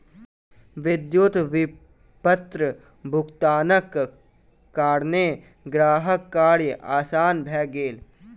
विद्युत विपत्र भुगतानक कारणेँ ग्राहकक कार्य आसान भ गेल